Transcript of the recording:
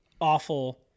awful